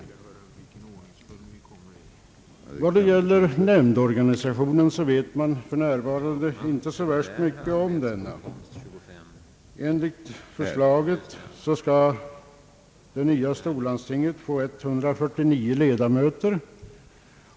Vad det gäller nämndorganisationen så vet man för närvarande inte så värst mycket om denna. Enligt förslaget skall det nya storlandstinget få 149 ledamöter.